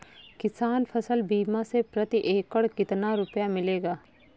किसान फसल बीमा से प्रति एकड़ कितना रुपया मिलेगा?